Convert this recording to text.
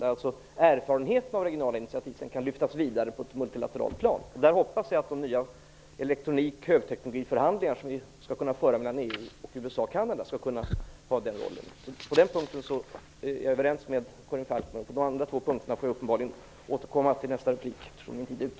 Sedan kan erfarenheterna av de regionala initiativen lyftas vidare på ett multilateralt plan. Jag hoppas att de nya elektronik och högteknologiförhandlingar som kommer att föras mellan EU, USA och Kanada skall kunna ha den rollen. På den punkten är jag överens med Karin Vad beträffar de andra två punkterna får jag uppenbarligen återkomma i nästa replik, eftersom min tid är ute.